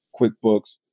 QuickBooks